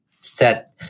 set